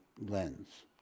lens